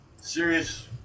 serious